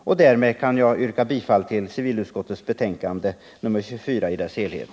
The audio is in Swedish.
Därför, herr talman, kan jag yrka bifall till civilutskottets hemställan i dess helhet.